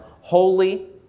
holy